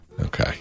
Okay